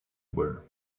were